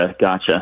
gotcha